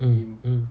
mm mm